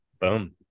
Boom